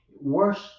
worse